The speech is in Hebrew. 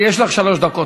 יש לך שלוש דקות.